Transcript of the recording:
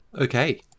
Okay